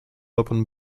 open